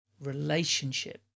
relationship